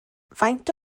faint